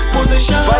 Position